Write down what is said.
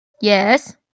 Yes